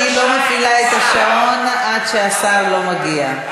אני לא מפעילה את השעון עד ששר מגיע.